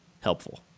helpful